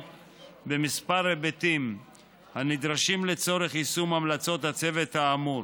בכמה היבטים הנדרשים לצורך יישום המלצות הצוות האמור.